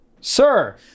sir